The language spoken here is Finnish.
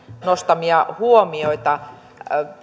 nostamia huomioita